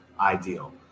Ideal